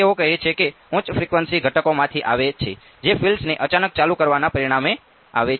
તેથી તેઓ કહે છે કે ઉચ્ચફ્રિકવન્સી ઘટકોમાંથી આવે છે જે ફિલ્ડ્સને અચાનક ચાલુ કરવાના પરિણામે આવે છે